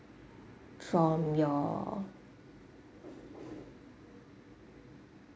from your